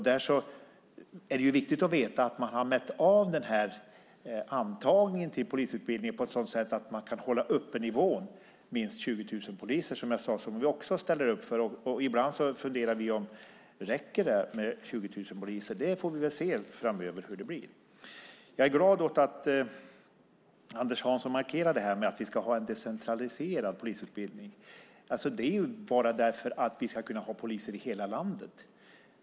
Därför är det viktigt att veta att antagningen till polisutbildningen sker på ett sådant sätt att man kan uppehålla nivån om minst 20 000 poliser, något som ju även vi ställer upp på. Ibland funderar vi till och med om det räcker med 20 000 poliser. Vi får väl se framöver hur det blir. Jag är glad att Anders Hansson markerar att vi ska ha en decentraliserad polisutbildning. Anledningen till det är att vi ska kunna ha poliser i hela landet.